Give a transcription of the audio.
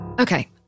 Okay